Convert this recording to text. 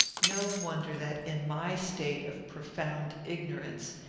no wonder that, in my state of profound ignorance,